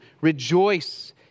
rejoice